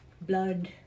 blood